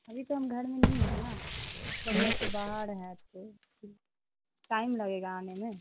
ابھی تو ہم گھر میں نہیں ہیں نا ذرا گھر سے باہر ہیں تو ٹائم لگے گا آنے میں